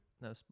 no